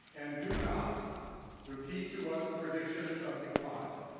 and do not repeat to us predictions of decline.